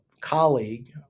colleague